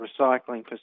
recycling